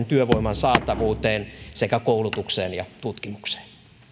työvoiman saatavuuteen sekä koulutukseen ja tutkimukseen